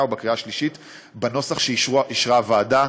ובקריאה השלישית בנוסח שאישרה הוועדה.